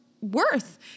worth